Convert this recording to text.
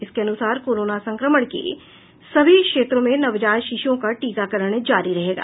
इसके अनुसार कोरोना संक्रमण के सभी क्षेत्रों में नवजात शिशुओं का टीकाकरण जारी रहेगा